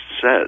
says